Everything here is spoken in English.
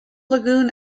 lagoon